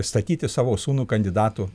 statyti savo sūnų kandidatu